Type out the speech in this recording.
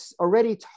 already